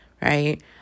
Right